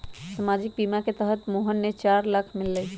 सामाजिक बीमा के तहत मोहन के चार लाख मिललई